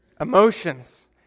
emotions